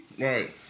Right